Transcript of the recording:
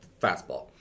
fastball